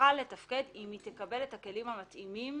שתוכל לתפקד אם היא תקבל את הכלים המתאימים